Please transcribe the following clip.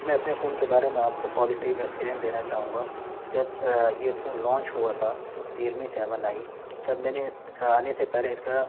میں اپنے فون کے بارے میں آپ کو پازٹیو ایکسپیریئنس دینا چاہوں گا جب یہ فون لانچ ہوا تھا ریئل می سیون آئی تب میں نے آنے سے پہلے اس کا